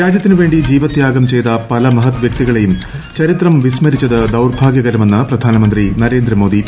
രാജ്യത്തിനുവേണ്ടി ജീവത്യാഗം ചെയ്ത പല മഹത്വ്യക്തികളേയും ചരിത്രം വിസ്മരിച്ചത് ദൌർഭാഗൃകരമെന്ന് പ്രധാനമന്ത്രി നരേന്ദ്രമോദി